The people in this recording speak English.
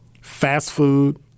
fast-food